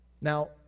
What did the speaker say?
Now